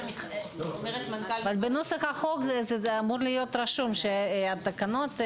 בנוסח החוק אמור להיות רשום שהתקנות,